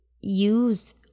use